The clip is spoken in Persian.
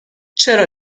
چرا